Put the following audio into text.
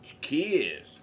Kids